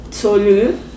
tolu